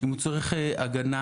אם הוא צריך הגנה,